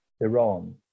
Iran